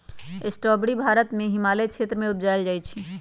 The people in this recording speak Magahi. स्ट्रावेरी भारत के हिमालय क्षेत्र में उपजायल जाइ छइ